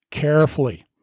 carefully